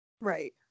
Right